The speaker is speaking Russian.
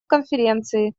конференции